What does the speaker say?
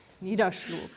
niederschlug